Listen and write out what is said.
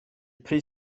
pryd